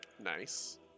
Nice